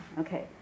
okay